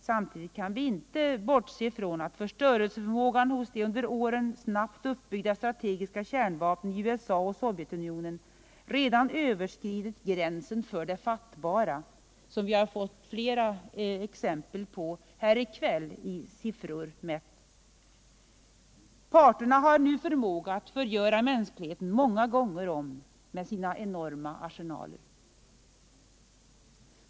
Samtidigt kan vi inte bortse från att förstörelseförmågan hos de under åren snabbt uppbyggda strategiska kärnvapnen i USA och Sovjetunionen redan överskridit gränsen för det fattbara, vilket vi har fått flera exempel på här i kväll i siffror. Parterna har nu förmåga att förgöra mänskligheten många gånger om med sina enorma arsenaler.